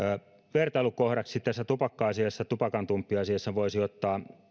vertailukohdaksi tässä tupakantumppiasiassa voisi ottaa